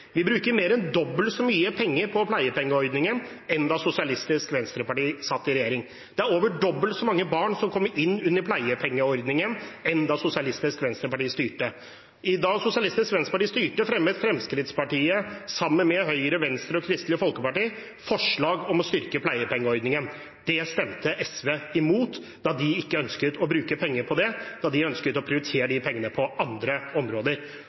Vi bruker mer enn dobbelt så mye penger på pleiepengeordningen nå som da Sosialistisk Venstreparti satt i regjering. Det er over dobbelt så mange barn som kommer inn under pleiepengeordningen som da Sosialistisk Venstreparti styrte. Da Sosialistisk Venstreparti styrte, fremmet Fremskrittspartiet, sammen med Høyre, Venstre og Kristelig Folkeparti, forslag om å styrke pleiepengeordningen. Det stemte SV imot, da de ikke ønsket å bruke penger på det, men ønsket å prioritere de pengene på andre områder.